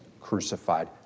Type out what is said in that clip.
crucified